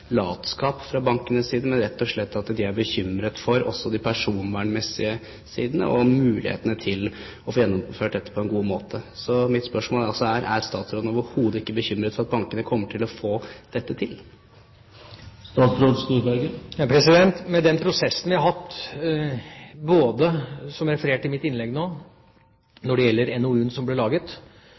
latskap fra bankenes side, men rett og slett at de er bekymret for de personvernmessige sidene og mulighetene til å få gjennomført dette på en god måte. Så mitt spørsmål er altså: Er statsråden overhodet ikke bekymret for at bankene ikke kommer til å få dette til? Med den prosessen vi har hatt, både som referert i mitt innlegg når det gjelder NOU-en som ble laget,